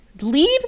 Leave